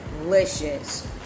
Delicious